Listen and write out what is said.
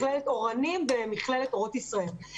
מכללת אורנים ומכללת אורות ישראל.